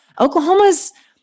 Oklahoma's